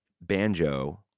banjo